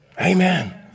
Amen